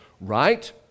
Right